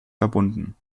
verbunden